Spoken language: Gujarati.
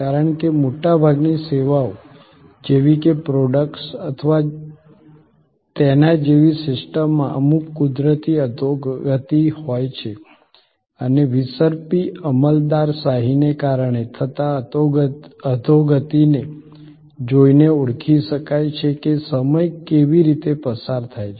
કારણ કે મોટાભાગની સેવાઓ જેવી કે પ્રોડક્ટ્સ અથવા તેના જેવી સિસ્ટમમાં અમુક કુદરતી અધોગતિ હોય છે અને વિસર્પી અમલદારશાહીને કારણે થતા અધોગતિને જોઈને ઓળખી શકાય છે કે સમય કેવી રીતે પસાર થાય છે